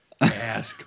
ask